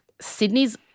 Sydney's